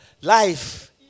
Life